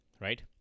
right